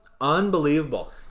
Unbelievable